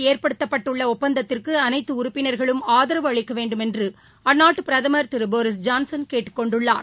ஏற்படுத்தப்பட்டுள்ள ஒப்பந்தத்திற்கு அனைத்து உறுப்பினர்களும் புதிதாக ஆதரவு அளிக்க வேண்டுமென்று அந்நாட்டு பிரதமர் திரு போரிஸ் ஜான்சன் கேட்டுக் கொண்டுள்ளார்